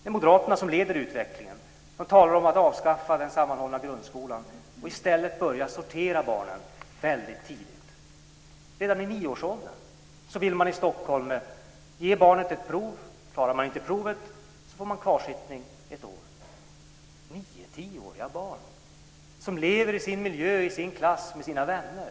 Det är Moderaterna som leder utvecklingen och talar om att avskaffa den sammanhållna grundskolan och i stället börja sortera barnen väldigt tidigt. Man vill i Stockholm låta barnen genomgå ett prov redan i nioårsåldern. Den som inte klarar provet får kvarsittning ett år. Det är fråga om nio till tioåriga barn som lever i sin klass och sin miljö med sina vänner.